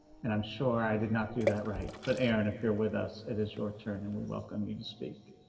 and i'm sure i did not do that right but aaron, if you're with us. it is your turn, and we welcome you to speak.